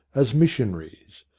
as missionaries.